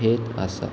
हेत आसा